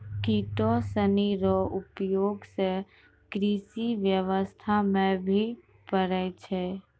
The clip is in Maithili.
किटो सनी रो उपयोग से कृषि व्यबस्था मे भी पड़ै छै